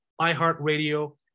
iHeartRadio